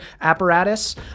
apparatus